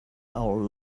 our